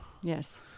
Yes